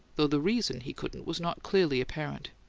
though the reason he couldn't was not clearly apparent.